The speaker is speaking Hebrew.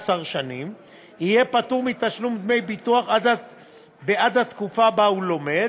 שנים יהיה פטור מתשלום דמי ביטוח בעד התקופה שבה הוא לומד.